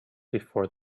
before